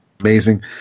amazing